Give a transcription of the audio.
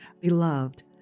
Beloved